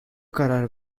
karar